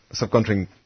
subcontracting